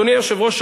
אדוני היושב-ראש,